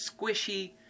squishy